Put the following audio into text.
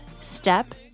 step